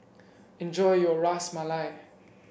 enjoy your Ras Malai